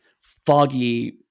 Foggy